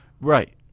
Right